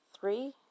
three